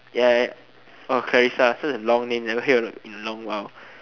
ya ya oh Clarissa such a long name never hear of in a long while